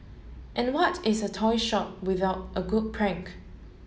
and what is a toy shop without a good prank